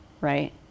right